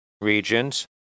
regions